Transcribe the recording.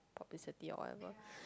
publicity or whatever